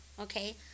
okay